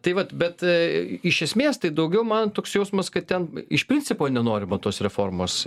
tai vat bet iš esmės tai daugiau man toks jausmas kad ten iš principo nenorima tos reformos